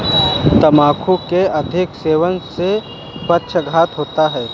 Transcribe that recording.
तंबाकू के अधिक सेवन से पक्षाघात होता है